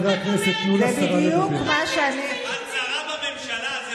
את שרה בממשלה.